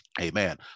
Amen